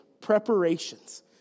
preparations